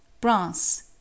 brass